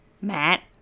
Matt